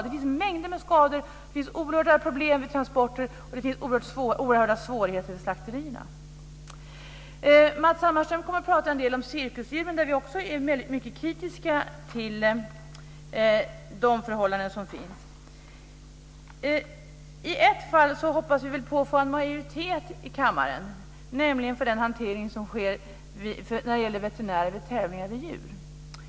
Det finns mängder med skador, oerhörda problem vid transporter och mycket stora svårigheter i slakterierna. Matz Hammarström kommer att prata en del om cirkusdjuren. Vi är mycket kritiska till förhållandena för dem. I ett fall hoppas vi på att få en majoritet i kammaren, nämligen för den hantering som sker när det gäller veterinärer vid tävlingar med djur.